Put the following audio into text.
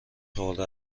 خورده